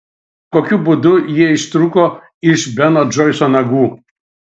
kokiu būdu jie ištrūko iš beno džoiso nagų